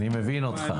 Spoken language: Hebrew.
אני מבין אותך.